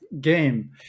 game